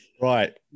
Right